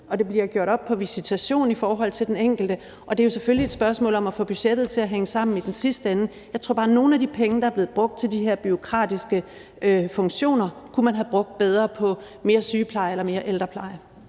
og det bliver gjort op på visitation i forhold til den enkelte, og det er jo selvfølgelig et spørgsmål om at få budgettet til at hænge sammen i den sidste ende. Jeg tror bare, at nogle af de penge, der er blevet brugt til de her bureaukratiske funktioner, kunne man have brugt bedre på mere sygepleje eller mere ældrepleje.